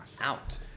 out